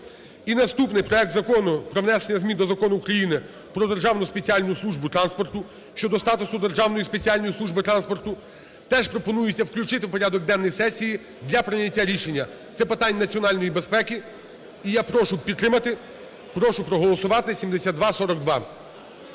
І наступне. Проект Закону про внесення змін до Закону України "Про Державну спеціальну службу транспорту" щодо статусу Державної спеціальної служби транспорту теж пропонується включити в порядок денний сесії для прийняття рішення. Це питання національної безпеки. І я прошу підтримати, прошу проголосувати (7242).